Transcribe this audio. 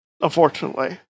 unfortunately